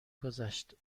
گذشت